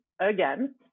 again